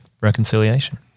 reconciliation